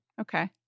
Okay